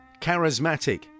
Charismatic